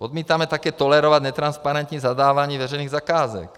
Odmítáme také tolerovat netransparentní zadávání veřejných zakázek.